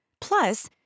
Plus